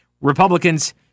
Republicans